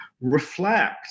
reflect